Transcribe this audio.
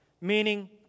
Meaning